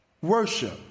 worship